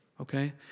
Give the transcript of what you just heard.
okay